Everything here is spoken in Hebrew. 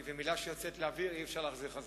ומלה שיוצאת לאוויר אי-אפשר להחזיר.